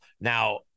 Now